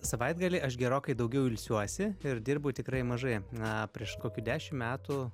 savaitgalį aš gerokai daugiau ilsiuosi ir dirbu tikrai mažai na prieš kokių dešim metų